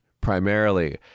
primarily